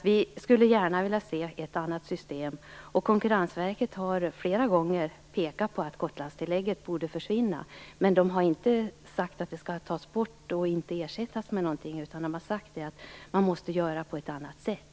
Vi skulle gärna vilja se ett annat system, och Konkurrensverket har flera gånger pekat på att Gotlandstillägget borde försvinna. Men det har inte sagt att det skall tas bort utan att ersättas med någonting annat, utan det har sagt att man måste göra på ett annat sätt.